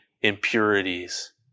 impurities